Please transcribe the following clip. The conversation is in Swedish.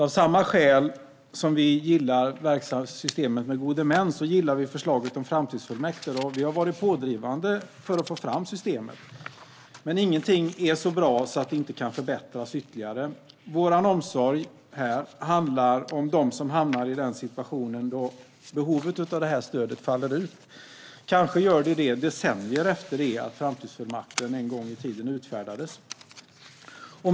Av samma skäl som vi gillar systemet med gode män gillar vi förslaget om framtidsfullmakter, och vi har varit pådrivande för att få fram systemet. Men ingenting är så bra att det inte kan förbättras ytterligare. Vår omsorg här handlar om dem som hamnar i den situation då behovet av detta stöd faller ut. Det kanske gör det decennier efter det att fullmakten utfärdades.